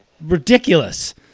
ridiculous